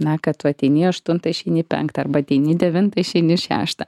na kad tu ateini aštuntą išeini penktą arba ateini devintą išeini šeštą